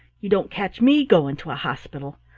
you don't catch me going to a hospital.